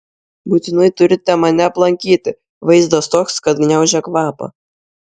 būtinai turite mane aplankyti vaizdas toks kad gniaužia kvapą